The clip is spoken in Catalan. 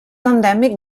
endèmic